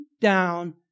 down